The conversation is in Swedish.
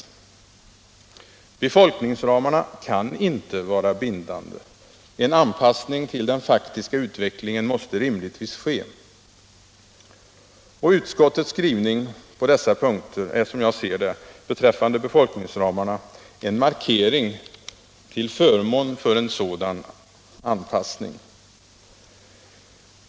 sysselsättnings och Befolkningsramarna kan inte vara bindande. En anpassning till den fak — regionalpolitik tiska utvecklingen måste rimligtvis ske. Utskottets skrivning på dessa punkter är, som jag ser det, en markering till förmån för en sådan anpassning.